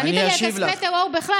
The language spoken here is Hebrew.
אתה ענית לי על כספי טרור בכלל.